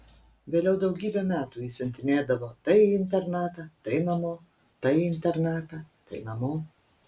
vėliau daugybę metų jį siuntinėdavo tai į internatą tai namo tai į internatą tai namo